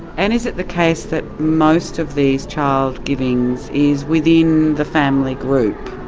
and is it the case that most of these child givings is within the family group,